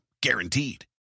Guaranteed